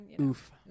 Oof